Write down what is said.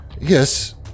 Yes